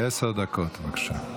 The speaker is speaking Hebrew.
עשר דקות, בבקשה.